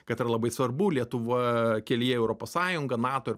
kad ar labai svarbu lietuva kelyje į europos sąjunga nato ir